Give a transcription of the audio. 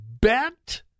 bet